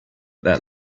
that